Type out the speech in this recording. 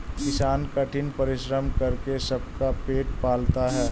किसान कठिन परिश्रम करके सबका पेट पालता है